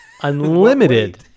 unlimited